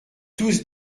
tous